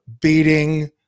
beating